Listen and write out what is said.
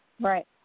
Right